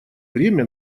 время